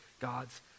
God's